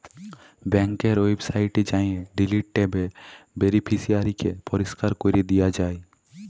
ব্যাংকের ওয়েবসাইটে যাঁয়ে ডিলিট ট্যাবে বেলিফিসিয়ারিকে পরিষ্কার ক্যরে দিয়া যায়